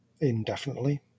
indefinitely